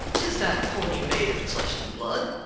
is that pony made of flesh and blood?